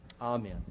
Amen